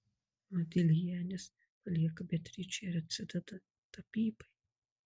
modiljanis palieka beatričę ir atsideda tapybai